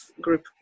group